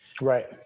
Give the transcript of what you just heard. right